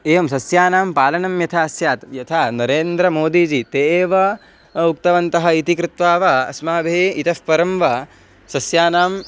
एवं सस्यानां पालनं यथा स्यात् यथा नरेन्द्रमोदीजि ते एव उक्तवन्तः इति कृत्वा वा अस्माभिः इतः परं वा सस्यानां